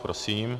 Prosím.